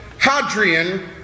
Hadrian